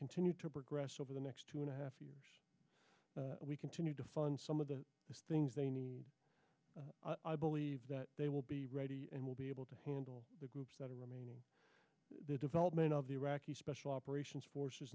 continue to progress over the next two and a half years we continue to fund some of the things they need i believe that they will be ready and will be able to handle the groups that are remaining the development of the iraqi special operations forces